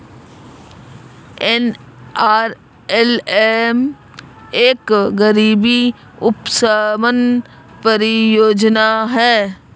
NRLM एक गरीबी उपशमन परियोजना है